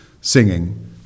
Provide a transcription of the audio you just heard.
singing